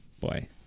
Boy